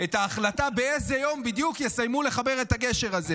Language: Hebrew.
את ההחלטה באיזה יום בדיוק יסיימו לחבר את הגשר הזה,